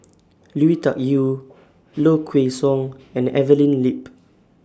Lui Tuck Yew Low Kway Song and Evelyn Lip